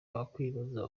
wakwibaza